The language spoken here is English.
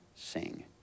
sing